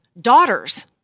daughters